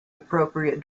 appropriate